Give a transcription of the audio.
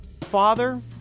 father